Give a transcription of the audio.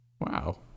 Wow